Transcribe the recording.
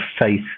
faith